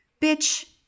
bitch